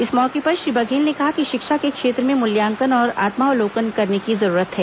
इस मौके पर श्री बघेल ने कहा कि शिक्षा के क्षेत्र में मूल्यांकन और आत्मावलोकन की जरूरत है